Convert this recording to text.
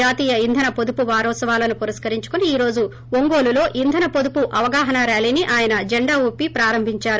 జాతీయ ఇంథన పొదుపు వారోత్సవాలను పురస్కరించుకుని ఈరోజు ఒంగోలులో ఇంధన వొదుపు అవగాహనా ర్వాలీని ఆయన జెండా ఊపి ప్రారంభించారు